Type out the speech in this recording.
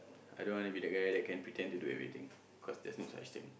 I don't want to be that guy that can pretend to do everything cause there's no such thing